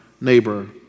neighbor